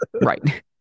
right